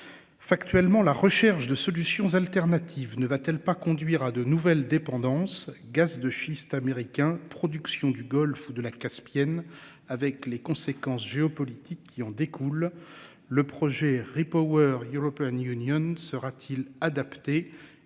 Factuellement, la recherche de solutions alternatives ne va-t-elle pas conduire à de nouvelles dépendances Gaz de schiste américain production du Golfe ou de la Caspienne avec les conséquences géopolitiques qui en découlent. Le projet re-Power il European Yonyon sera-t-il adapté